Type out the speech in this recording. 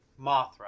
Mothra